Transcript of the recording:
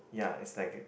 ya is like